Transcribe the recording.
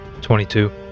22